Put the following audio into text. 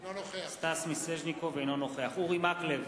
אינו נוכח אורי מקלב,